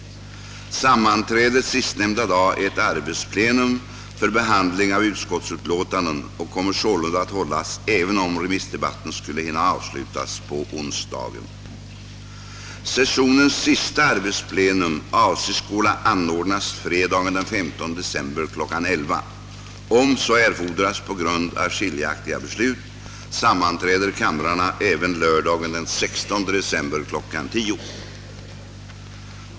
Sammanträdet sistnämnda dag är ett arbetsplenum för behandling av utskottsutlåtanden och kommer sålunda att hållas även om remissdebatten skulle hinna avslutas på onsdagen. Sessionens sista arbetsplenum avses skola anordnas fredagen den 15 december kl. 11.00. Om så erfordras på grund av skiljaktiga beslut sammanträder kamrarna även lördagen den 16 december kl. 10.00.